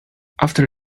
after